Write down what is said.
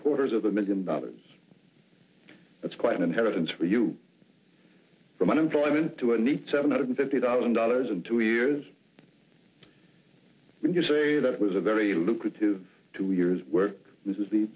quarters of the million dollars that's quite an inheritance for you from unemployment to a need seven hundred fifty thousand dollars in two years when you say that was a very lucrative two years work this is the